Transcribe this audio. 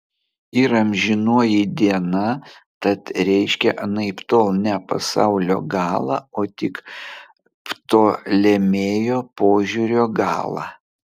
ir amžinoji diena tad reiškia anaiptol ne pasaulio galą o tik ptolemėjo požiūrio galą